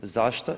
Zašto?